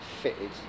fitted